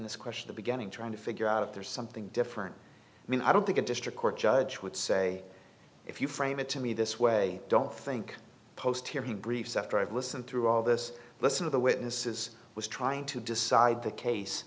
this question the beginning trying to figure out if there's something different i mean i don't think a district court judge would say if you frame it to me this way i don't think post here he briefs after i've listened through all this list of the witnesses was trying to decide the case